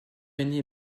aîné